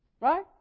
Right